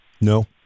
No